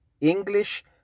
English